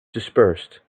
dispersed